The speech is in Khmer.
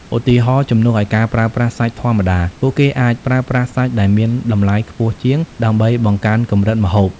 ឧទាហរណ៍ ជំនួសឲ្យការប្រើប្រាស់សាច់ធម្មតា ពួកគេអាចប្រើប្រាស់សាច់ដែលមានតម្លៃខ្ពស់ជាង ដើម្បីបង្កើនកម្រិតម្ហូប។